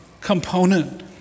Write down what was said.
component